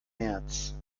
märz